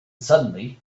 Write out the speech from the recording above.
suddenly